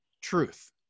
truth